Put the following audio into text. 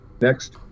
Next